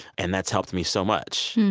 and that's helped me so much.